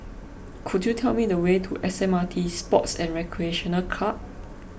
could you tell me the way to S M R T Sports and Recreation Club